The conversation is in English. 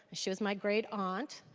she was my great aunt